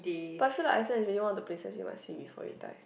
but I feel like Iceland is really one of the places you must see before you die